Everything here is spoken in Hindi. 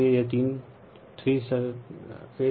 इसलिए यह थ्री फेज सर्किट फिलोसोफी है